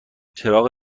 چراغ